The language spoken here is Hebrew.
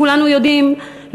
כולנו יודעים,